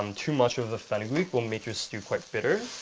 um too much of the fenugreek will make your soup quite bitter.